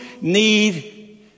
need